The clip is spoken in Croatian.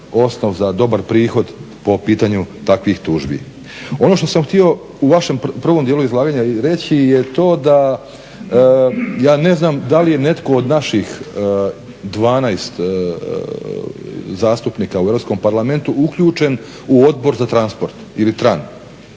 osnov za dobar prihod po pitanju takvih tužbi. Ono što sam htio u vašem prvom dijelu izlaganja i reći je to da ja ne znam da li je netko od naših 12 zastupnika u Europskom parlamentu uključen u Odbor za transport ili tran.